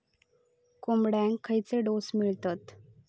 कोंबड्यांक खयले डोस दितत?